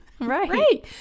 Right